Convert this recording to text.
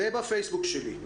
וגם בפייסבוק שלי.